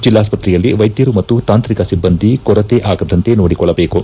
ಜಿಲ್ಲಾಸ್ಪತ್ರೆಯಲ್ಲಿ ವೈದ್ಯರು ಮತ್ತು ತಾಂತ್ರಿಕ ಸಿಬ್ಬಂದಿ ಕೊರೆತೆ ಆಗದಂತೆ ನೋಡಿಕೊಳ್ಳಬೇಕು